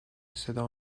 صدا